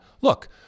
Look